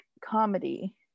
comedy